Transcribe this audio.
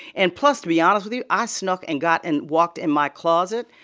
and plus, to be honest with you, i snuck and got and walked in my closet.